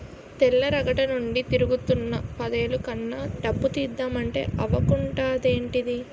తెల్లారగట్టనుండి తిరుగుతున్నా పదేలు కన్నా డబ్బు తీద్దమంటే అవకుంటదేంటిదీ?